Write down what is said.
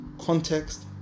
context